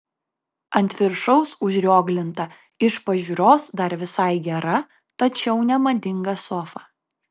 ant viršaus užrioglinta iš pažiūros dar visai gera tačiau nemadinga sofa